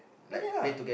vanilla